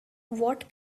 what